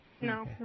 No